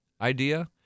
idea